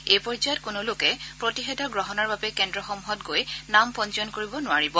এই পৰ্যায়ত কোনো লোকে প্ৰতিষেধক গ্ৰহণৰ বাবে কেন্দ্ৰসমূহত গৈ নাম পঞ্জীয়ন কৰিব নোৱাৰিব